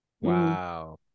wow